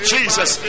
Jesus